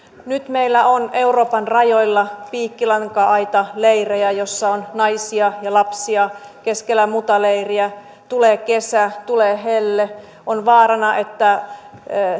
nyt meillä on euroopan rajoilla piikkilanka aitaleirejä joissa on naisia ja lapsia keskellä mutaleiriä tulee kesä tulee helle on vaarana että